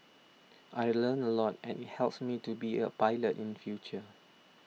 I learnt a lot and it helps me to be a pilot in future